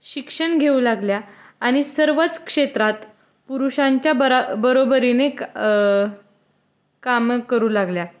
शिक्षण घेऊ लागल्या आणि सर्वच क्षेत्रात पुरुषांच्या बरा बरोबरीने क कामं करू लागल्या